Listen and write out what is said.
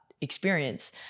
experience